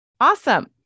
Awesome